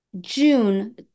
June